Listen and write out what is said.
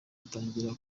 atangira